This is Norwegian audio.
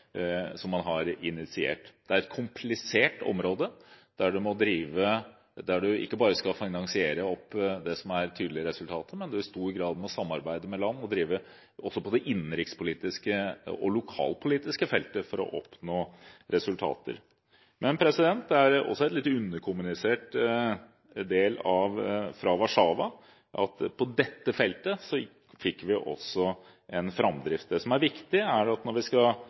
som man har initiert. Det er et komplisert område, der man ikke bare skal finansiere opp det som er tidligere resultater, men der man i stor grad må samarbeide med land og drive også på det innenrikspolitiske og lokalpolitiske feltet for å oppnå resultater. Det er litt underkommunisert fra Warzawa at vi også på dette feltet fikk en framdrift. Det som er viktig, er at når vi skal